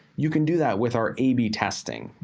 you can do that with our ab testing.